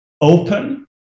open